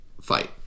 fight